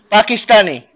Pakistani